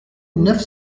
neuf